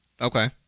Okay